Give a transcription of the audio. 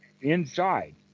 inside